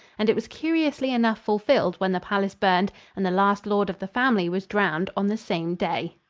and it was curiously enough fulfilled when the palace burned and the last lord of the family was drowned on the same day.